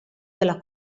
della